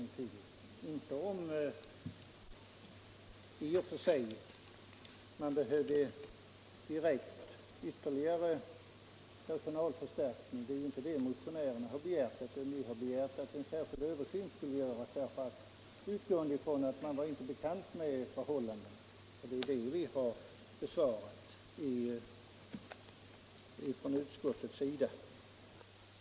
Motionärerna har inte begärt någon personalförstärkning, utan ni har begärt en särskild översyn, utgående ifrån att man inte har tillräcklig kännedom om förhållandena. Det är detta motionskrav som utskottet har tagit ställning till.